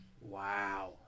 Wow